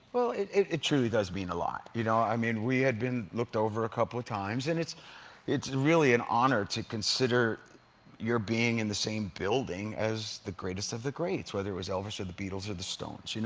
it it truly does mean a lot. you know i mean we had been looked over a couple of times and it's it's really an honor to consider your being in the same building as the greatest of the greats, whether it was elvis or the beatles or the stones, you know